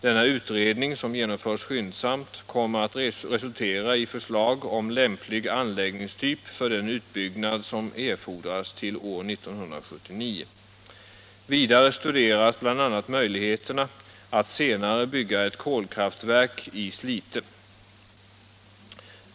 Denna utredning, som genomförs skyndsamt, kommer att resultera i förslag om lämplig anläggningstyp för den utbyggnad som erfordras till år 1979. Vidare studeras bl.a. möjligheterna att senare bygga ett kolkraftverk i Slite.